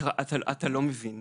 אתה לא מבין.